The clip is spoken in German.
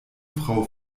frau